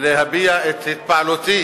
להביע את התפעלותי